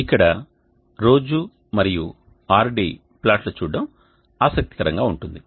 ఇక్కడ రోజు మరియు Rd ప్లాట్లు చూడటం ఆసక్తికరంగా ఉంటుంది